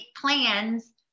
plans